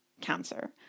cancer